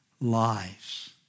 lives